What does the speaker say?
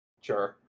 Sure